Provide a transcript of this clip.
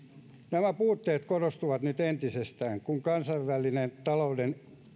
nämä puutteet korostuvat nyt entisestään kun kansainvälinen talouden